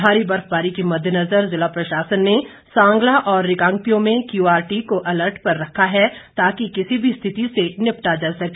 भारी बर्फबारी के मद्देनज़र ज़िला प्रशासन ने सांगला और रिकांगपिओ में क्यूआर टी को अलर्ट पर रखा है ताकि किसी भी स्थिति से निपटा जा सके